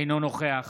אינו נוכח